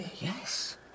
Yes